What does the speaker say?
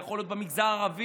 זה יכול להיות במגזר הערבי,